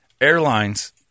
airlines